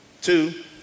Two